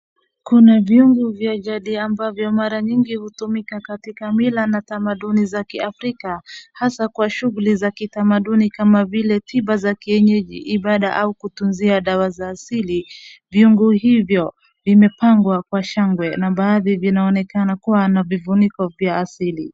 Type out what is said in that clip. Kuna vyungu vya jadi ambavyo mara nyingi hutumika katika mila na tamaduni za kiafrika asa kwa shughuli za kitamaduni kama vile tiba za kienyeji, ibada au kutuzia dawa za asili. Vyungu hivyo vimepangwa kwa shangwe na baadhi vinaonekana kuwa na vifuniko vya asili.